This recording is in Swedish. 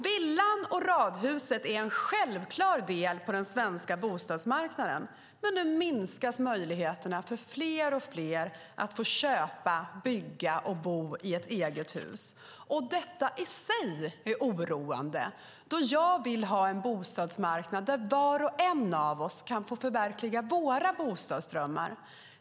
Villan och radhuset är en självklar del på den svenska bostadsmarknaden, men nu minskas möjligheterna för fler och fler att få köpa, bygga och bo i ett eget hus. Detta i sig är oroande. Jag vill ha en bostadsmarknad där var och en av oss kan förverkliga sina bostadsdrömmar.